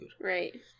Right